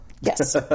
Yes